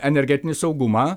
energetinį saugumą